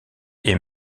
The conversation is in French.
est